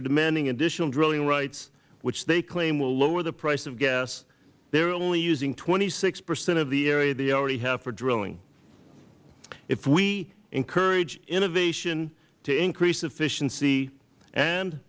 are demanding additional drilling rights which they claim will lower the price of gas they are only using twenty six percent of the area they already have for drilling if we encourage innovation to increase efficiency and